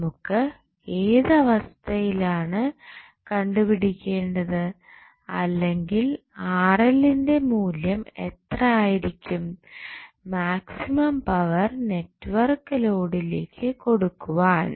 നമുക്ക് ഏത് അവസ്ഥയിലാണ് കണ്ടുപിടിക്കേണ്ടത് അല്ലെങ്കിൽ ന്റെ മൂല്യം എത്ര ആയിരിക്കും മാക്സിമം പവർ നെറ്റ്വർക്കിന് ലോഡിലേക്ക് കൊടുക്കുവാൻ